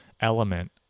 element